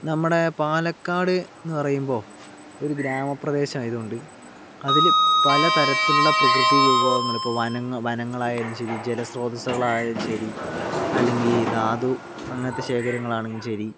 നമ്മുടെ പാലക്കാടെന്ന് പറയുമ്പോൾ ഒരു ഗ്രാമ പ്രദേശമായതുകൊണ്ട് അതിൽ പല തരത്തിലുള്ള പ്രകൃതി വിഭവങ്ങൾ ഇപ്പോൾ വനങ്ങളായാലും ശരി ജല സ്രോതസ്സുകളായാലും ശരി അല്ലെങ്കിൽ ധാതു അങ്ങനത്തെ ശേഖരങ്ങളാണെങ്കിലും ശരി